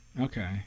Okay